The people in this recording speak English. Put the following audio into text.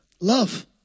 love